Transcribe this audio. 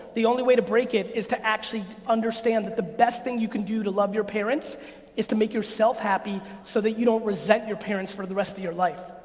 the only way to break it is to actually understand that the best thing you can do to love your parents is to make yourself happy, so that you don't resent your parents for the rest of your life.